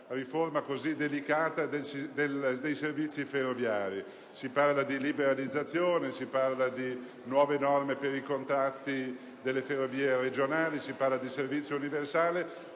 quella che interessa i servizi ferroviari. Si parla di liberalizzazione, di nuove norme per i contratti delle ferrovie regionali, si parla di servizio universale.